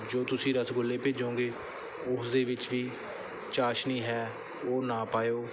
ਜੋ ਤੁਸੀਂ ਰਸਗੁੱਲੇ ਭੇਜੋਗੇ ਉਸਦੇ ਵਿੱਚ ਵੀ ਚਾਸ਼ਨੀ ਹੈ ਉਹ ਨਾ ਪਾਇਓ